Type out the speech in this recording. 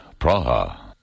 Praha